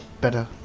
better